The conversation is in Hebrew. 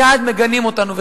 מייד מגנים אותנו,